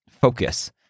focus